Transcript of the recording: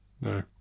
No